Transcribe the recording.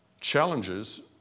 challenges